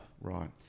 Right